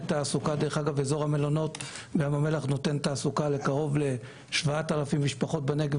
אזור המלונות בים המלח נותן תעסוקה לכ-7,000 משפחות בנגב